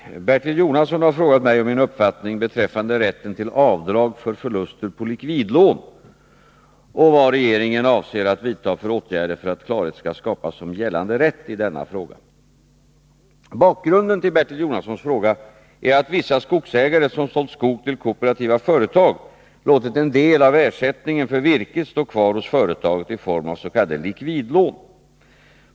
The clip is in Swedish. Fru talman! Bertil Jonasson har frågat mig om min uppfattning beträffande rätten till avdrag för förluster på likvidlån och vad regeringen avser att vidta för åtgärder för att klarhet skall skapas om gällande rätt i denna fråga. Bakgrunden till Bertil Jonassons fråga är att vissa skogsägare, som sålt skog till kooperativa företag, låtit en del av ersättningen för virket stå kvar hos företaget i form av s.k. likvidlån.